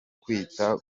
kwita